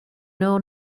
know